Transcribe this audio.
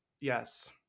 Yes